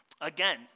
again